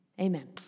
Amen